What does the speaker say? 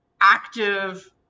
active